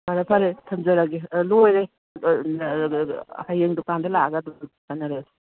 ꯐꯔꯦ ꯐꯔꯦ ꯊꯝꯖꯔꯒꯦ ꯑꯥ ꯂꯣꯏꯔꯦ ꯍꯌꯦꯡ ꯗꯨꯀꯥꯟꯗ ꯂꯥꯛꯑꯒ ꯑꯗꯨꯝ ꯈꯟꯅꯔꯁꯤ ꯎꯝ